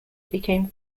became